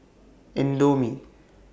Indomie